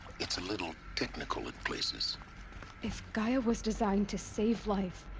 it's a little. technical in places if. gaia was designed to save life.